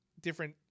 different